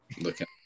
looking